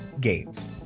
games